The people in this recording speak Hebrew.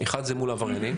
אחד זה מול עבריינים,